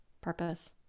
Purpose